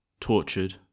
tortured